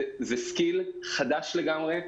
זו מיומנות חדשה לגמרי,